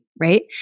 Right